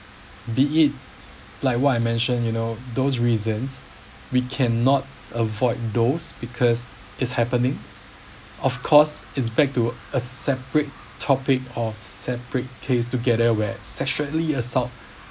be it like what I mentioned you know those reasons we can not avoid those because it's happening of course it's back to a separate topic or separate case together where sexually assault